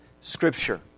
Scripture